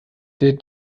der